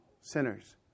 sinners